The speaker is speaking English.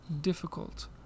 difficult